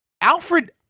Alfred